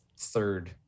third